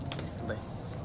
useless